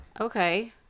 Okay